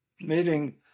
meeting